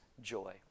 joy